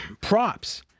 props